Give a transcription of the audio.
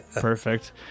perfect